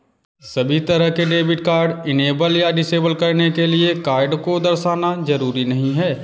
सभी तरह के डेबिट कार्ड इनेबल या डिसेबल करने के लिये कार्ड को दर्शाना जरूरी नहीं है